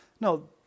No